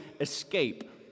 Escape